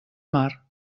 mar